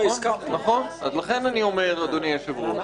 אדוני היושב-ראש,